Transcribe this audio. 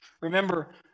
Remember